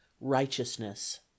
righteousness